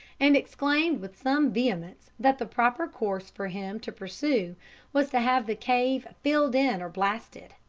and exclaimed with some vehemence that the proper course for him to pursue was to have the cave filled in or blasted.